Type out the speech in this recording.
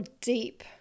deep